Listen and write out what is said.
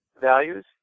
values